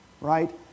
right